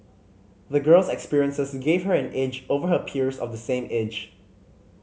the girl's experiences gave her an edge over her peers of the same age